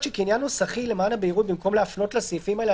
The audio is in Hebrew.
הבהרה.